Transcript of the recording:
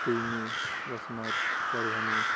पुईनी Vasmat Parbhani